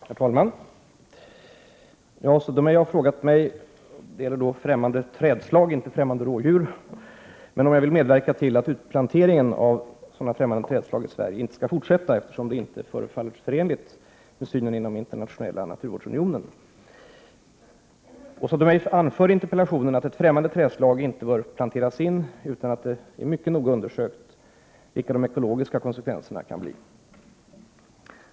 Herr talman! Åsa Domeij har frågat mig, inte om främmande rådjur, men om jag vill medverka till att utplanteringen av främmande trädslag i Sverige inte skall fortsätta, eftersom den inte förefaller förenlig med synen inom Internationella naturvårdsunionen, IUCN. Åsa Domeij anför i interpellationen att ett främmande trädslag inte bör planteras in utan att det är mycket noga undersökt vilka de ekologiska konsekvenserna kan bli.